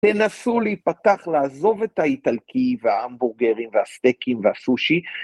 תנסו להיפתח, לעזוב את האיטלקי וההמבורגרים והסטקים והסושי.